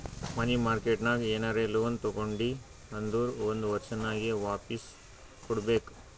ಮನಿ market ನಾಗ್ ಏನರೆ loan ತಗೊಂಡಿ ಅಂದುರ್ ಒಂದ್ ವರ್ಷನಾಗೆ ವಾಪಾಸ್ ಕೊಡ್ಬೇಕ್